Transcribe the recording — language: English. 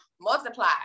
multiply